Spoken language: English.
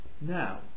Now